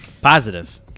Positive